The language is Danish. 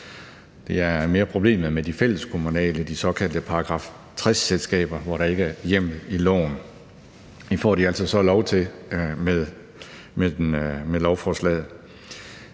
Det er mere problemet med det fælleskommunale, de såkaldte § 60-selskaber, hvor der ikke er hjemmel i loven. Det får de så lov til med lovforslaget